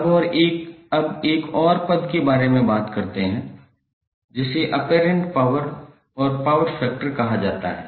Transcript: अब एक और पद के बारे में बात करते हैं जिसे ऑपेरेंट पावर और पावर फैक्टर कहा जाता है